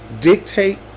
dictate